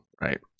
right